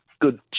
good